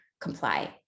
comply